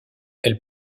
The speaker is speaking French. elle